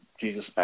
Jesus